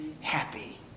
happy